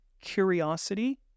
curiosity